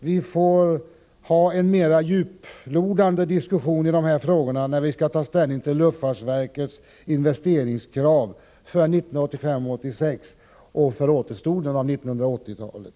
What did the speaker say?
Vi får ha en mera djuplodande diskussion i dessa frågor när vi skall ta ställning till luftfartsverkets investeringskrav för 1985/86 och för återstoden av 1980-talet.